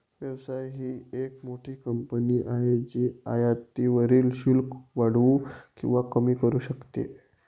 व्यवसाय ही एक मोठी कंपनी आहे जी आयातीवरील शुल्क वाढवू किंवा कमी करू शकते